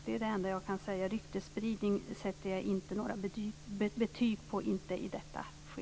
Det är det enda jag kan säga. Ryktesspridning sätter jag i detta skede inte några betyg på.